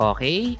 Okay